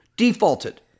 defaulted